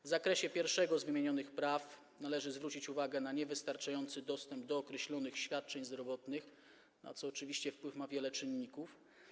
W zakresie pierwszego z wymienionych praw należy zwrócić uwagę na niewystarczający dostęp do określonych świadczeń zdrowotnych, na co oczywiście wpływ ma wiele czynników.